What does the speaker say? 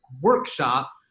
workshop